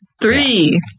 Three